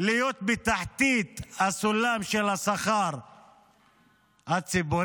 להיות בתחתית הסולם של השכר הציבורי.